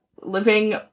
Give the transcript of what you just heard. living